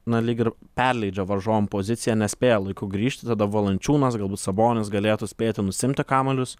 na lyg ir perleidžia varžovam poziciją nespėja laiku grįžti tada valančiūnas galbūt sabonis galėtų spėti nusiimti kamuolius